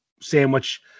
sandwich